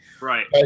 Right